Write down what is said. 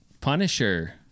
Punisher